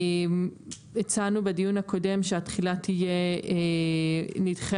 הצענו בדיון הקודם שהתחילה תהיה נדחית,